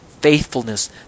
faithfulness